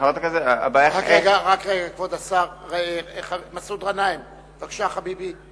חבר הכנסת מסעוד גנאים, בבקשה, חביבי.